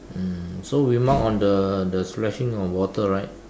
mm so we mark on the the splashing of water right